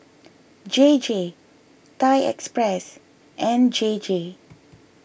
J J Thai Express and J J